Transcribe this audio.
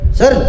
sir